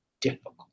difficult